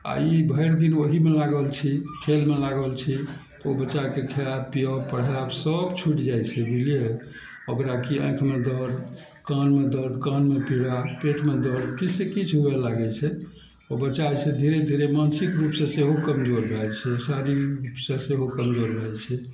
आ ई भरि दिन ओहिमे लागल छी खेलमे लागल छी ओ बच्चाके खाएब पियाब पढ़ाएब सभ छुटि जाइ छै बुझलियै ओकरा की आँखिमे दर्द कानमे दर्द कानमे पीड़ा पेटमे दर्द किछु से किछु हुए लागै छै ओ बच्चा जे छै धीरे धीरे मानसिक रूपसऽ सेहो कमजोर भऽ जाइ छै शारीरिक रूपसऽ सेहो कमजोर भऽ जाइ छै